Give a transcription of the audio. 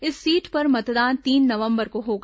इस सीट पर मतदान तीन नवंबर को होगा